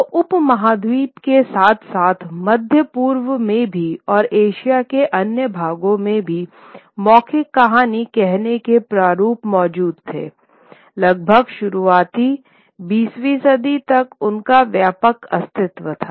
तो उपमहाद्वीप के साथ साथ मध्य पूर्व में भी और एशिया के अन्य भागों में मौखिक कहानी कहने के प्रारूप मौजूद थे लगभग शुरुआती बीसवीं सदी तक उनका व्यापक अस्तित्व था